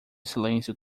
silêncio